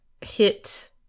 hit